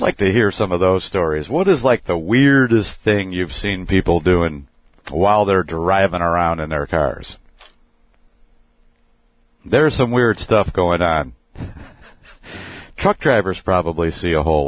like to hear some of those stories what is like the weirdest thing you've seen people do and while they're driving around in their cars there's some weird stuff going on truck drivers probably see a whole